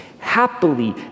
happily